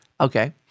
Okay